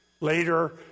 Later